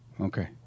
Okay